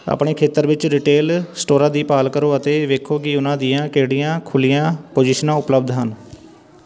ਆਪਣੇ ਖੇਤਰ ਵਿੱਚ ਰਿਟੇਲ ਸਟੋਰਾਂ ਦੀ ਭਾਲ ਕਰੋ ਅਤੇ ਵੇਖੋ ਕਿ ਉਨ੍ਹਾਂ ਦੀਆਂ ਕਿਹੜੀਆਂ ਖੁੱਲ੍ਹੀਆਂ ਪੋਜ਼ੀਸ਼ਨਾਂ ਉਪਲਬਧ ਹਨ